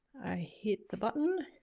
i hit the button